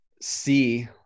see